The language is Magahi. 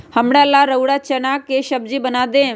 हमरा ला रउरा चना के सब्जि बना देम